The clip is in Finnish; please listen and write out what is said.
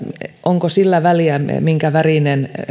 onko sillä väliä minkä värinen